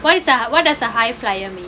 why what does a high flyer mean